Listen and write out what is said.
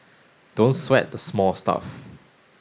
don't sweat the small stuff